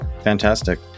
fantastic